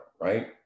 right